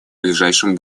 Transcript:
ближайшем